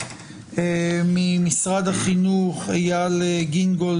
ממשרד החינוך עו"ד אייל גינגולד,